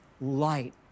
Light